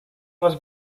was